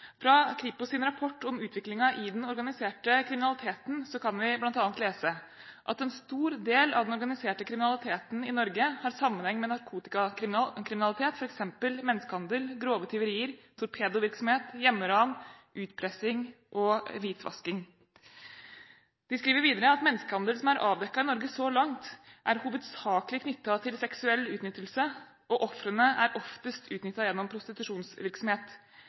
Fra Kripos’ rapport om utviklingen i den organiserte kriminaliteten kan vi bl.a. lese at en stor del av den organiserte kriminaliteten i Norge har sammenheng med narkotikakriminalitet, f.eks. menneskehandel, grove tyverier, torpedovirksomhet, hjemmeran, utpressing og hvitvasking. De skriver videre at menneskehandel som er avdekket i Norge så langt, hovedsakelig er knyttet til seksuell utnyttelse, og ofrene er oftest utnyttet gjennom prostitusjonsvirksomhet.